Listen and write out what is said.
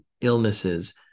illnesses